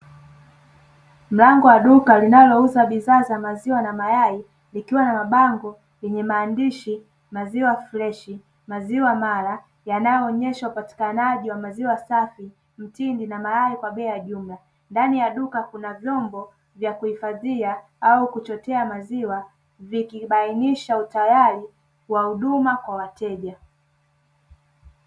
Mlango wa duka linalouza bidhaa za maziwa na mayai, likiwa na mabango yenye maandishi "maziwa freshi, maziwa Mala" yanayoonyesha upatikanaji wa maziwa safi, mtindi na mayai kwa bei ya jumla. Ndani ya duka kuna vyombo vya kuhifadhia au kuchotea maziwa vikibainisha utayari wa huduma kwa wateja.